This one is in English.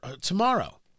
tomorrow